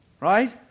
Right